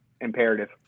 imperative